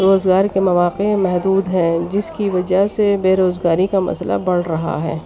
روزگار کے مواقع محدود ہیں جس کی وجہ سے بے روزگاری کا مسئلہ بڑھ رہا ہے